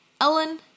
Ellen